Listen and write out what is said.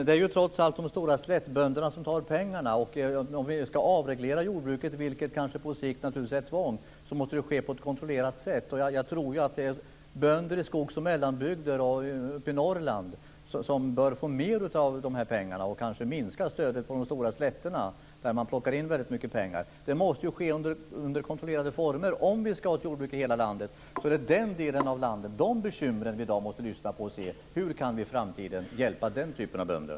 Det är trots allt storbönderna från slätterna som tar pengarna. Om vi ska avreglera jordbruket, vilket på sikt naturligtvis är ett tvång, måste det ske på ett kontrollerat sätt. Jag tror att det är bönder i skogsoch mellanbygder uppe i Norrland som bör få mer av dessa pengar, och vi ska kanske minska stödet till de stora slätterna, där man plockar in väldigt mycket pengar. Det måste ske under kontrollerade former. Om vi ska ha ett jordbruk i hela landet är det den delen av landet och de bekymren vi i dag måste lyssna på och se. Hur kan vi i framtiden hjälpa den typen av bönder?